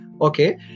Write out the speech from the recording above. okay